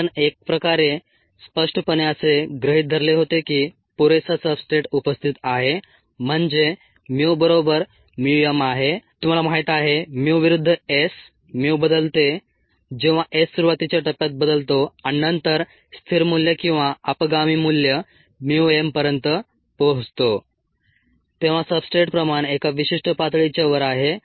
आपण एकप्रकारे स्पष्टपणे असे गृहीत धरले होते की पुरेसा सब्सट्रेट उपस्थित आहे म्हणजे mu बरोबर mu m आहे तुम्हाला माहित आहे mu विरुद्ध S mu बदलते जेव्हा S सुरुवातीच्या टप्प्यात बदलतो आणि नंतर स्थिर मूल्य किंवा अपगामी मूल्य mu m पर्यंत पोहोचतो तेव्हा सब्सट्रेट प्रमाण एका विशिष्ट पातळीच्या वर आहे